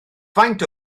faint